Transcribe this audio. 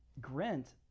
Grint